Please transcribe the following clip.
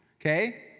Okay